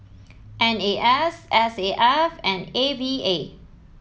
N A S S A F and A V A